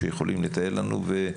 שיכולים לתאר לנו.